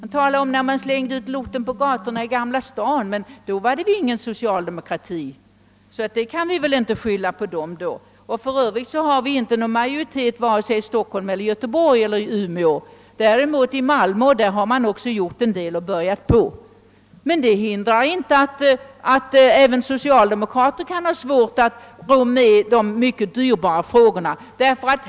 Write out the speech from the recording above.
När man på den tiden slängde ut avfallet på gatorna i Gamla stan fanns det ingen socialdemokrati, och därför kan väl detta inte skyllas på vårt parti. För övrigt har vi inte någon majoritet vare sig i Stockholm, Göteborg eller Umeå men däremot i Malmö, och där har man också börjat göra en del. Men det hindrar inte att även socialdemokrater kan ha svårt att rå med mycket dyrbara lösningar av vissa frågor.